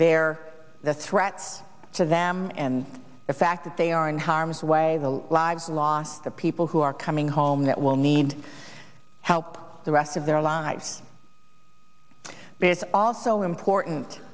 there the threats to them and the fact that they are in harm's way the lives lost the people who are coming home that will need help the rest of their lives but it's also important